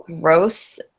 gross